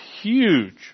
huge